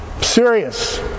Serious